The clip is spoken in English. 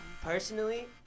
personally